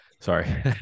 Sorry